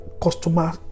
customer